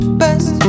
best